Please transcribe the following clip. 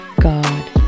God